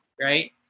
right